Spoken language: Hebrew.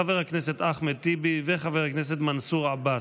חבר הכנסת אחמד טיבי וחבר הכנסת מנסור עבאס.